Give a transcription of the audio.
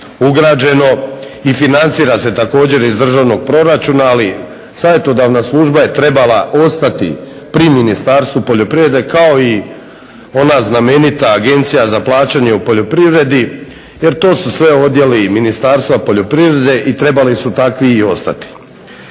ugrađeno i financira se također iz državnog proračuna, ali Savjetodavna služba je trebala ostati pri Ministarstvu poljoprivrede kao i ona znamenita Agencija za plaćanje u poljoprivredi jer to su sve odjeli Ministarstva poljoprivrede i trebali su takvi i ostati.